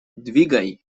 двигай